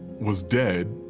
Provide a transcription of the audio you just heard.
was dead,